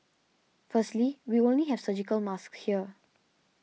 firstly we only have surgical masks here